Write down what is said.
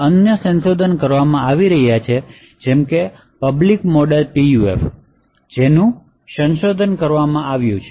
અન્ય સંશોધન કરવામાં આવી રહ્યા છે જેમ કે પબ્લિક મોડલ PUF જેનું સંશોધન કરવામાં આવ્યું છે